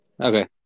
Okay